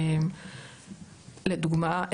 לדוגמה,